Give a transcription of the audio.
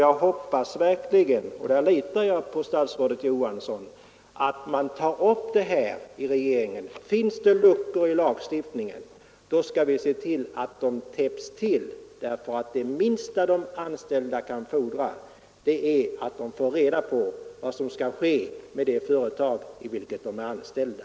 Jag hoppas verkligen — i detta fall litar jag på statsrådet Johansson — att man tar upp det här i regeringen. Finns det luckor i lagstiftningen, skall vi se till att de täpps till därför att det minsta de anställda kan fordra är att de får reda på vad som skall ske med det företag i vilket de är anställda.